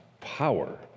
power